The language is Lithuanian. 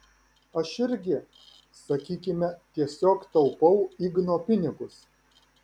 aš irgi sakykime tiesiog taupau igno pinigus